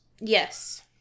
Yes